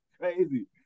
crazy